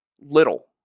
little